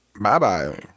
Bye-bye